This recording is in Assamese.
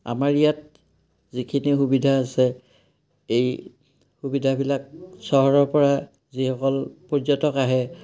আমাৰ ইয়াত যিখিনি সুবিধা আছে এই সুবিধাবিলাক চহৰৰপৰা যিসকল পৰ্যটক আহে